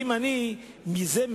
אם אני מסיק